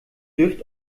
dürft